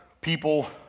people